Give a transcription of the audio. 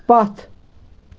پتھ